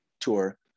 Tour